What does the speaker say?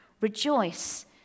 Rejoice